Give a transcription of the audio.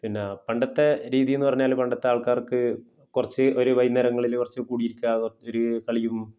പിന്ന പണ്ടത്തെ രീതിയെന്ന് പറഞ്ഞാല് പണ്ടത്തെ ആൾക്കാർക്ക് കുറച്ചൊരു വൈകുന്നേരങ്ങളില് കുറച്ച് കൂടിയിരിക്കല് ഒരു കളിയും